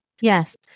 Yes